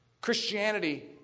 Christianity